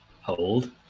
Hold